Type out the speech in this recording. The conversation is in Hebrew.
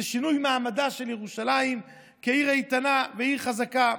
זה שינוי מעמדה של ירושלים, עיר איתנה ועיר חזקה.